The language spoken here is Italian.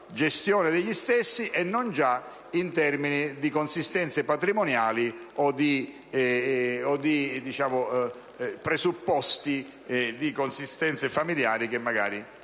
gestione degli stessi, e non già in termini di consistenza patrimoniale o di presupposte consistenze familiari che magari